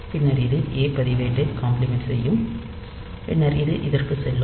பின்னர் இது ஏ பதிவேட்டை காம்ப்ளிமெண்ட் செய்யும் பின்னர் இது இதற்குச் செல்லும்